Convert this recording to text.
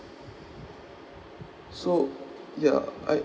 so yeah I